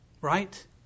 right